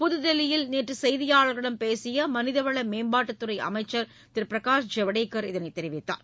புதுதில்லியில் நேற்று செய்தியாளர்களிடம் பேசிய மனிதவள மேம்பாட்டுத்துறை அமைச்சர் திரு பிரகாஷ் ஜவ்டேகர் இதனைத் தெரிவித்தார்